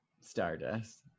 Stardust